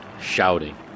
shouting